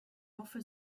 hoffe